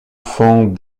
font